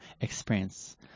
experience